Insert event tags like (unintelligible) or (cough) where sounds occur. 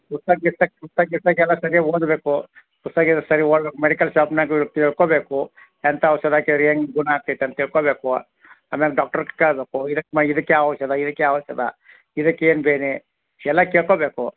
ಪುಸ್ತಕ ಗಿಸ್ತಕ ಪುಸ್ತಕ ಗಿಸ್ತಕ ಎಲ್ಲ ಸರಿ ಓದಬೇಕು ಪುಸ್ತಕ ಸರಿ ಓದಬೇಕು ಮೆಡಿಕಲ್ ಶಾಪ್ನಾಗು ತಿಳ್ಕೊಬೇಕು ಎಂಥ ಔಷಧ (unintelligible) ತಿಳ್ಕೊಬೇಕು ಆಮೇಲೆ ಡಾಕ್ಟ್ರು (unintelligible) ಕೇಳಬೇಕು ಇದಕ್ಕೆ ಯಾವ ಔಷಧ ಇದಕ್ಕೆ ಯಾವ್ ಔಷಧ ಇದಕ್ಕೆ ಏನು ಬೇರೆ ಎಲ್ಲ ಕೇಳ್ಕೊಬೇಕು